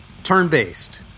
turn-based